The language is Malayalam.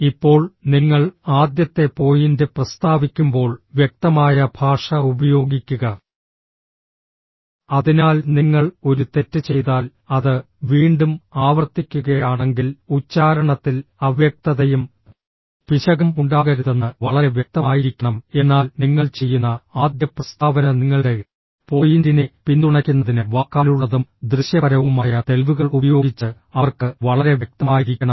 ഇപ്പോൾ നിങ്ങൾ ആദ്യത്തെ പോയിന്റ് പ്രസ്താവിക്കുമ്പോൾ വ്യക്തമായ ഭാഷ ഉപയോഗിക്കുക അതിനാൽ നിങ്ങൾ ഒരു തെറ്റ് ചെയ്താൽ അത് വീണ്ടും ആവർത്തിക്കുകയാണെങ്കിൽ ഉച്ചാരണത്തിൽ അവ്യക്തതയും പിശകും ഉണ്ടാകരുതെന്ന് വളരെ വ്യക്തമായിരിക്കണം എന്നാൽ നിങ്ങൾ ചെയ്യുന്ന ആദ്യ പ്രസ്താവന നിങ്ങളുടെ പോയിന്റിനെ പിന്തുണയ്ക്കുന്നതിന് വാക്കാലുള്ളതും ദൃശ്യപരവുമായ തെളിവുകൾ ഉപയോഗിച്ച് അവർക്ക് വളരെ വ്യക്തമായിരിക്കണം